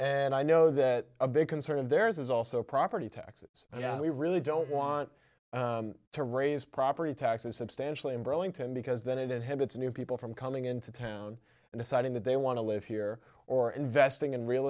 and i know that a big concern of theirs is also property taxes and you know we really don't want to raise property taxes substantially in burlington because then it inhibits new people from coming into town and deciding that they want to live here or investing in real